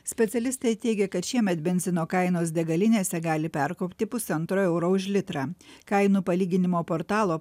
specialistai teigia kad šiemet benzino kainos degalinėse gali perkopti pusantro euro už litrą kainų palyginimo portalo